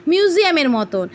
মিউজিয়ামের মতন